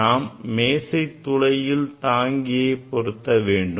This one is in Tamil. நாம் மேசை துளையில் தாங்கியை பொருத்த வேண்டும்